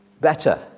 better